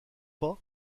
pas